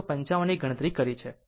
155 ની ગણતરી કરી છે